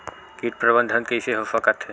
कीट प्रबंधन कइसे हो सकथे?